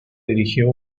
dirigió